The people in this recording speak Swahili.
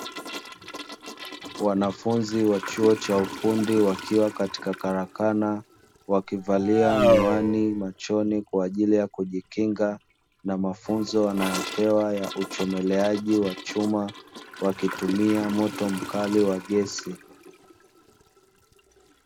Wanafunzi wa chuo cha ufundi wakiwa katika karakana, wakivalia miwani machoni kwa ajili ya kujikinga na mafunzo wanayopewa ya uchomeleaji wa chuma, wakitumia moto mkali wa gesi.